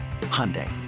Hyundai